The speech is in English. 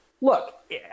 look